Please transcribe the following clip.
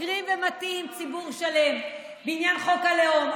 משקרים ומטעים ציבור שלם בעניין חוק הלאום.